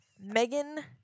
Megan